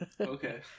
Okay